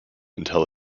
until